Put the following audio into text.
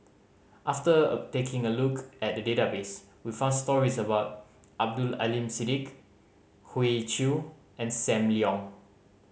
after taking a look at the database we found stories about Abdul Aleem Siddique Hoey Choo and Sam Leong